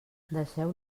deixeu